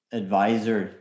advisor